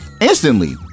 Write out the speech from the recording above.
instantly